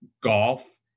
golf